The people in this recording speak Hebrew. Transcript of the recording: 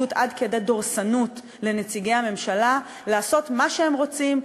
עד כדי דורסנות לנציגי הממשלה לעשות מה שהם רוצים,